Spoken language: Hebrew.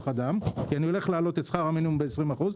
אדם כי היא הולכת להעלות את שכר המינימום ב-20%.